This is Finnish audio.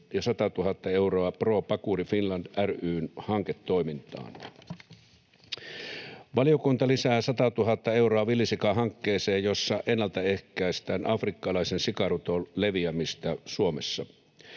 ja 100 000 euroa Pro Pakuri Finland ry:n hanketoimintaan. Valiokunta lisää 100 000 euroa villisikahankkeeseen, jossa ennaltaehkäistään afrikkalaisen sikaruton leviämistä Suomessa.